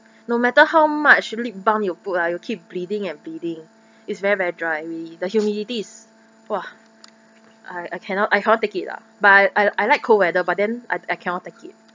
no matter how much lip balm you put ah it'll keep bleeding and bleeding is very very dry we the humidity is !wah! I I cannot I cannot take it lah but I I like cold weather but then I I cannot take it